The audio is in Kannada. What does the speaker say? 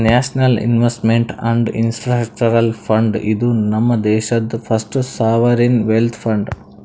national investment and infrastructure fund, ಇದು ನಮ್ ದೇಶಾದು ಫಸ್ಟ್ ಸಾವರಿನ್ ವೆಲ್ತ್ ಫಂಡ್